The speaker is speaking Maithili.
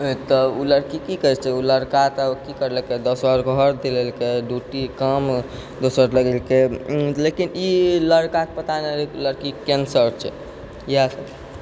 तऽ उ लड़की की करतै उ लड़का तऽ की करलकै दोसर घर दिलेलकै काम दोसर लगेलकै लेकिन ई लड़काके पता नहि रहै लड़कीके कैंसर छै इएह